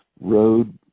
Road